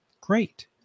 great